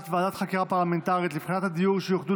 ועדת חקירה פרלמנטרית לבחינת פתרונות הדיור שיוחדו